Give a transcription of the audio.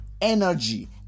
energy